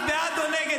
את בעד או נגד?